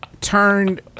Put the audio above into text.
turned